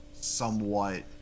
somewhat